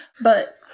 But-